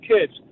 kids